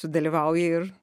sudalyvauji ir